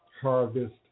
harvest